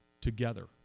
together